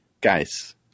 guys